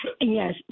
Yes